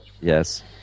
Yes